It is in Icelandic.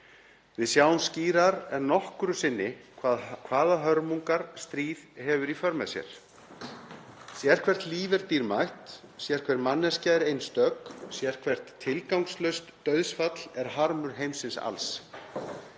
Við sjáum skýrar en nokkru sinni hvaða hörmungar stríð hefur í för með sér. Sérhvert líf er dýrmætt. Sérhver manneskja er einstök. Sérhvert tilgangslaust dauðsfall er harmur heimsins alls.